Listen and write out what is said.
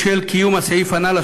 בשל קיום הסעיף הנ"ל,